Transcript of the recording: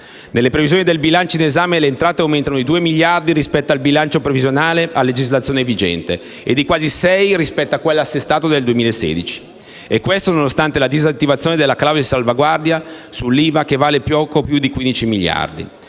Nelle previsioni del bilancio in esame le entrate aumentano di 2 miliardi rispetto al bilancio previsionale a legislazione vigente e di quasi 6 rispetto a quello assestato del 2016 e questo nonostante la disattivazione della clausola di salvaguardia sull'IVA che vale poco più di 15 miliardi.